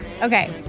Okay